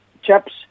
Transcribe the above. chaps